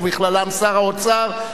ובכללם שר האוצר,